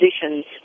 positions